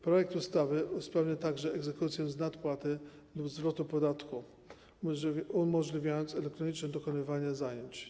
Projekt ustawy usprawnia także egzekucję z nadpłaty lub zwrotu podatku, umożliwiając elektroniczne dokonywanie zajęć.